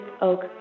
Oak